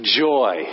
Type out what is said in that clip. joy